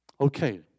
Okay